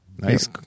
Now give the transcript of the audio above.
Nice